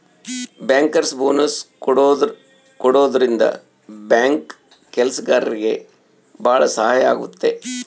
bankers bonus ಕೊಡೋದ್ರಿಂದ bank ಕೆಲ್ಸಗಾರ್ರಿಗೆ ಭಾಳ ಸಹಾಯ ಆಗುತ್ತೆ